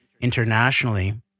internationally